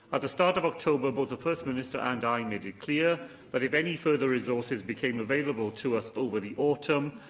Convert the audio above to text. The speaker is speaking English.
at the start of october, both the first minister and i made it clear that but if any further resources became available to us over the autumn,